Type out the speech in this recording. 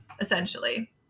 essentially